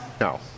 no